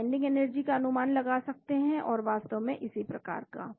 हम binding energy का अनुमान लगा सकते हैं और वास्तव में इसी प्रकार का